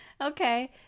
Okay